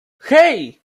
hey